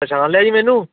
ਪਛਾਣ ਲਿਆ ਜੀ ਮੈਨੂੰ